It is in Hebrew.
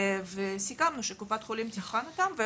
וסיכמנו שקופת חולים תבחן אותם.